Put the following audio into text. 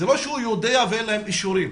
זה לא שהוא יודע ואין להן אישורים